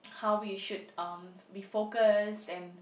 how we should um be focused and